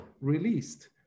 released